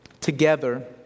together